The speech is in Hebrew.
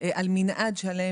על מנעד שלם.